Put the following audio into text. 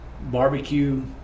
barbecue